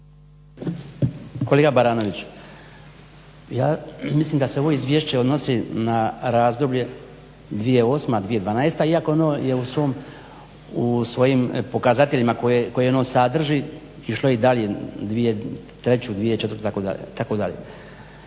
Kolega Baranović, ja mislim da se ovo izvješće odnosi na razdoblje 2008.-2012. iako ono je u svojim pokazateljima koje ono sadrži išlo je i dalje 2003., 2004. itd.